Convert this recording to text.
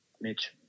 Mitch